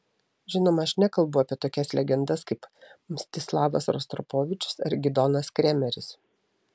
žinoma aš nekalbu apie tokias legendas kaip mstislavas rostropovičius ar gidonas kremeris